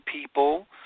people